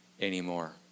anymore